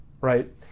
right